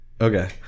Okay